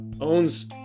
owns